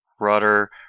rudder